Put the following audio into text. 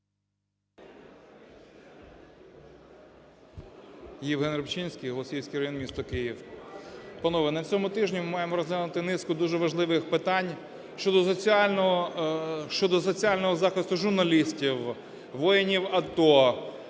Євген Рибчинський, Голосіївський район місто Київ. Панове, на цьому тижні ми маємо розглянути низку дуже важливих питань щодо соціального захисту журналістів, воїнів АТО,